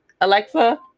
Alexa